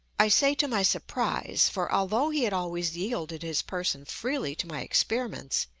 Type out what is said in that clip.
i say to my surprise, for, although he had always yielded his person freely to my experiments,